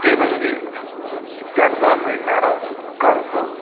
ते म्हणजे त्यांना मिळणारं कर्ज